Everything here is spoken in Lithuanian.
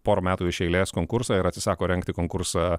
porą metų iš eilės konkursą ir atsisako rengti konkursą